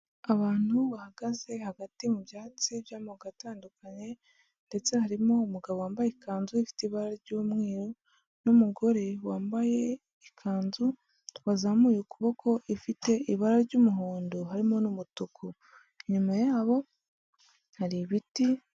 Abantu bahagaze hagati mu byatsi by'amoko atandukanye ndetse harimo umugabo wambaye ikanzu ifite ibara ry'umweru, n'umugore wambaye ikanzu wazamuye ukuboko ifite ibara ry'umuhondo harimo n'umutuku, inyuma yabo hari ibiti.